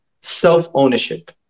self-ownership